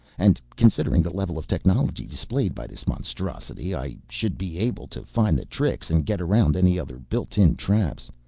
and considering the level of technology displayed by this monstrosity i should be able to find the tricks and get around any other built-in traps.